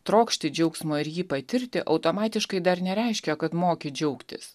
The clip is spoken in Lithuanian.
trokšti džiaugsmo ir jį patirti automatiškai dar nereiškia kad moki džiaugtis